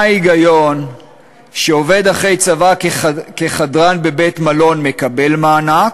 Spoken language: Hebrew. מה ההיגיון שמי שעובד אחרי צבא כחדרן בבית-מלון מקבל מענק,